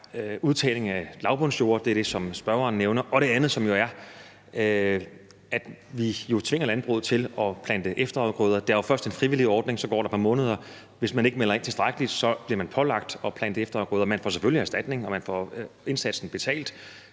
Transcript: udtagning af lavbundsjorder, er det, som spørgeren nævner, og det andet er jo, at vi tvinger landbruget til at plante efterafgrøder. Der er jo først en frivillig ordning, og hvis man ikke inden for et par måneder melder ind tilstrækkeligt, bliver man pålagt at plante efterafgrøder. Man får selvfølgelig erstatning, og man får indsatsen betalt.